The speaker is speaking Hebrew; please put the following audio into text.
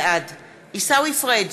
בעד עיסאווי פריג'